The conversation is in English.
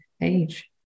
age